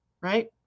right